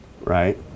right